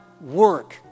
work